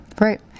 right